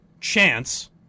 chance